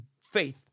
faith